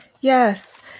yes